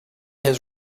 his